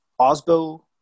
Osbo